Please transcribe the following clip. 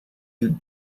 you